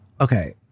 okay